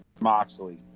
Moxley